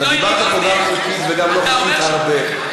אתה דיברת פה חוקית וגם לא חוקית מעל הבמה.